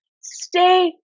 stay